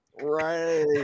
Right